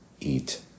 eat